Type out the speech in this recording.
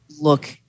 look